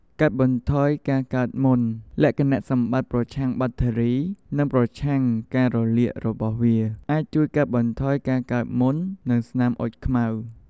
កាត់បន្ថយការកើតមុន លក្ខណៈសម្បត្តិប្រឆាំងបាក់តេរី និងប្រឆាំងការរលាករបស់វា អាចជួយកាត់បន្ថយការកើតមុន និងស្នាមអុចខ្មៅ។